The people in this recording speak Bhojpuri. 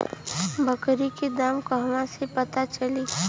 बकरी के दाम कहवा से पता चली?